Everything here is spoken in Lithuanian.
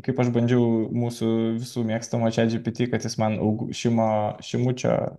kaip aš bandžiau mūsų visų mėgstamo čiat džipiti kad jis man aug šimo šimučio